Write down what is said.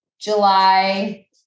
July